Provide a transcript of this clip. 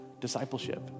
discipleship